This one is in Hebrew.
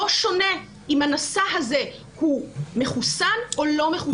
שונה אם הנשא הזה הוא מחוסן או לא מחוסן.